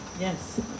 Yes